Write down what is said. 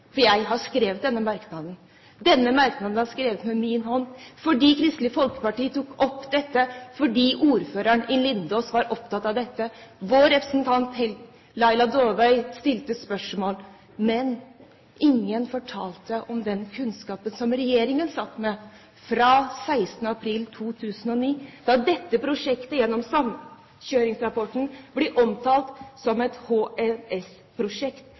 for jeg har skrevet denne merknaden. Denne merknaden var skrevet med min hånd. Kristelig Folkeparti tok opp dette fordi ordføreren i Lindås var opptatt av det. Vår representant, Laila Dåvøy, stilte spørsmål. Men ingen fortalte om den kunnskapen regjeringen satt med fra 16. april 2009, da dette prosjektet i samkjøringsrapporten ble omtalt som et